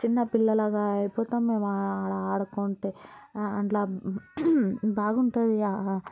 చిన్న పిల్లలాగా అయిపోతాం మేము ఆడ ఆడాడుకుంటే అందులా బాగుంటుంది ఇక